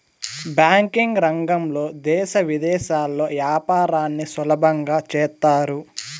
banking రంగంలో దేశ విదేశాల్లో యాపారాన్ని సులభంగా చేత్తారు